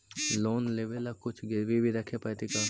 Loan लेबे ल कुछ गिरबी भी रखे पड़तै का?